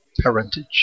parentage